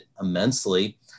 immensely